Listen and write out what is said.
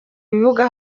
kibuga